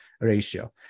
ratio